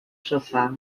sofá